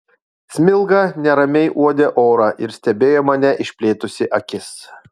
smilga neramiai uodė orą ir stebėjo mane išplėtusi akis